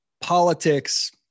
politics